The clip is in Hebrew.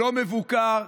לא מבוקר,